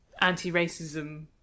anti-racism